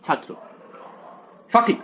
ছাত্র সঠিক